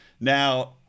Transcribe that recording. Now